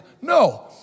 No